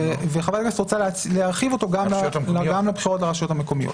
וחברת הכנסת רוצה להרחיב אותו גם לבחירות לרשויות המקומיות.